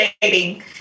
dating